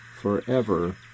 forever